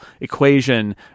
equation